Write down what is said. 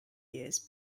years